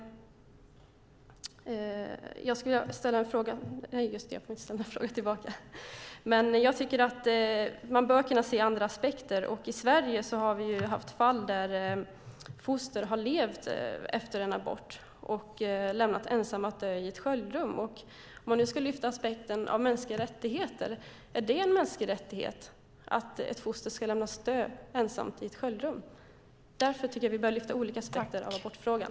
Jag skulle vilja ställa en fråga. Nej, just det, jag får inte ställa en fråga tillbaka. Men jag tycker att man bör kunna se andra aspekter. I Sverige har vi haft fall där foster har levt efter en abort och lämnats ensamma att dö i ett sköljrum. Om man nu ska lyfta fram aspekten mänskliga rättigheter undrar jag: Är det en mänsklig rättighet att ett foster ska lämnas att dö ensamt i ett sköljrum? Jag tycker att vi bör lyfta fram olika aspekter av abortfrågan.